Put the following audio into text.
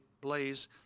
blaze